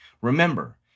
Remember